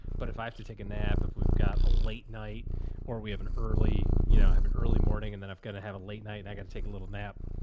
but if i have to take a nap, if we've got a late night or we have an early, you know have an early morning and then i've got to have a late night and i got to take a little nap.